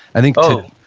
i think oh,